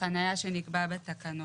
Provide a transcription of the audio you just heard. החניה שנקבע בתקנות.